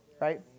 right